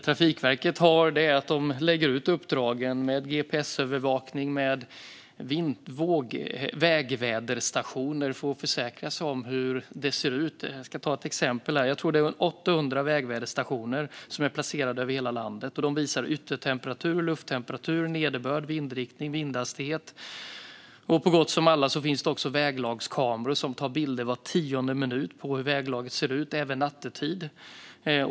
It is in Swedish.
Trafikverket lägger ut uppdragen med gps-övervakning och med vägväderstationer för att försäkra sig om hur det ser ut. Jag ska ta ett exempel. Jag tror att det är 800 vägväderstationer är placerade över hela landet. De visar yttertemperatur, lufttemperatur, nederbörd, vindriktning och vindhastighet. På så gott som alla finns det också väglagskameror som tar bilder var tionde minut på hur väglaget ser ut, även nattetid.